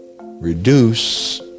reduce